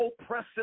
oppressive